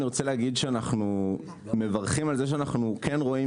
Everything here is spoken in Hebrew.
אני רוצה להגיד שאנחנו מברכים על זה שאנחנו כן רואים